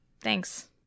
Thanks